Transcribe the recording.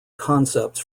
concepts